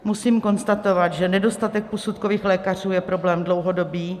Musím konstatovat, že nedostatek posudkových lékařů je problém dlouhodobý.